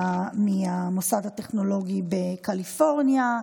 מהמוסד הטכנולוגי בקליפורניה,